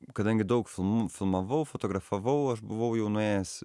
kadangi daug filmų filmavau fotografavau aš buvau jau nuėjęs